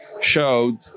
showed